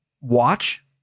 watch